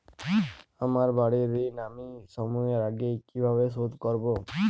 আমার বাড়ীর ঋণ আমি সময়ের আগেই কিভাবে শোধ করবো?